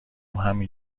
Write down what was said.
همین